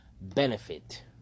benefit